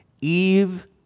Eve